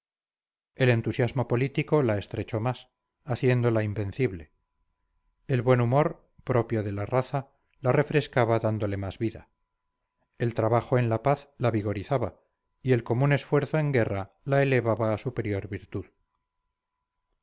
el entusiasmo político la estrechó más haciéndola invencible el buen humor propio de la raza la refrescaba dándole más vida el trabajo en la paz la vigorizaba y el común esfuerzo en guerra la elevaba a superior virtud